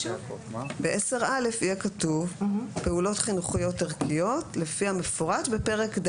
ב-10(א) יהיה כתוב פעולות חינוכיות ערכיות לפי המפורט בפרק ד',